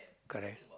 correct